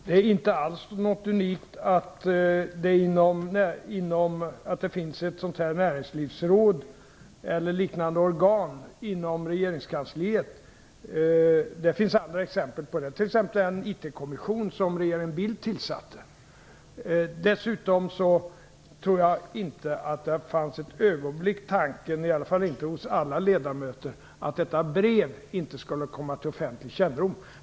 Fru talman! Det är inte alls något unikt att det finns ett näringslivsråd eller liknande organ inom regeringskansliet. Det finns andra exempel på det, t.ex. den IT-kommission som regeringen Bildt tillsatte. Dessutom tror jag inte att det för ett ögonblick fanns någon tanke - i alla fall inte hos alla ledamöter - på att detta brev inte skulle komma till offentlig kännedom.